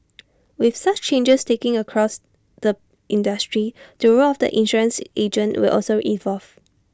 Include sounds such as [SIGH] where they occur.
[NOISE] with such changes taking across the industry the role of the insurance agent will also evolve